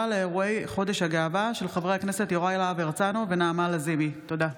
של חברי הכנסת יוראי להב הרצנו ונעמה לזימי בנושא: